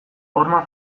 horma